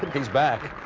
is back.